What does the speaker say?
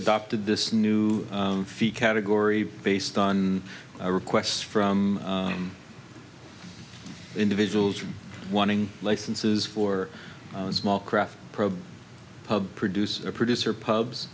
adopted this new fee category based on requests from individuals wanting licenses for small craft prob produce a producer pubs